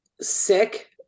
sick